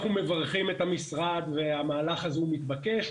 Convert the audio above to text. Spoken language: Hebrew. אנחנו מברכים את המשרד והמהלך הזה הוא מתבקש.